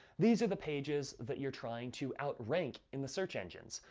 these are the pages that you're trying to outrank in the search engines.